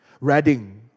Reading